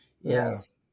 yes